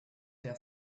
der